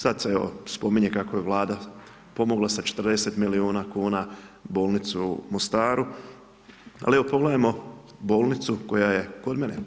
Sad se evo spominje kako je Vlada sa 40 milijuna kn bolnicu u Mostaru, ali evo pogledajmo bolnicu koja je kod mene.